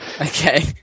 Okay